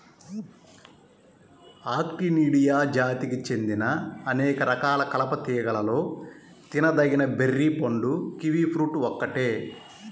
Actinidia జాతికి చెందిన అనేక రకాల కలప తీగలలో తినదగిన బెర్రీ పండు కివి ఫ్రూట్ ఒక్కటే